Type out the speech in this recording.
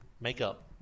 makeup